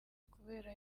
kubera